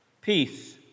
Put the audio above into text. Peace